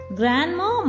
grandma